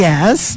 Yes